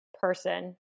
person